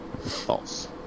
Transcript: False